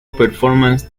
performance